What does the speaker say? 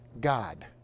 God